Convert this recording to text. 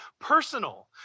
personal